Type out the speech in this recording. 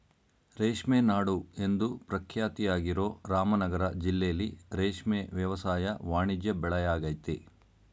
ರೇಷ್ಮೆ ನಾಡು ಎಂದು ಪ್ರಖ್ಯಾತಿಯಾಗಿರೋ ರಾಮನಗರ ಜಿಲ್ಲೆಲಿ ರೇಷ್ಮೆ ವ್ಯವಸಾಯ ವಾಣಿಜ್ಯ ಬೆಳೆಯಾಗಯ್ತೆ